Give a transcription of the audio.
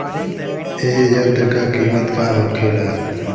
ए यंत्र का कीमत का होखेला?